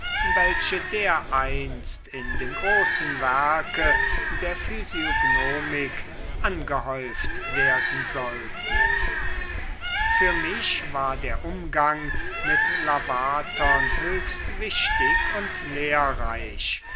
welche dereinst in dem großen werke der physiognomik angehäuft werden sollten für mich war der umgang mit lavatern höchst wichtig und lehrreich